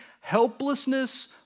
helplessness